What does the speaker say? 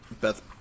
Beth